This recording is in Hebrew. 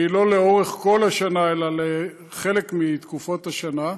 והיא לא לאורך כל השנה אלא לחלק מתקופות השנה,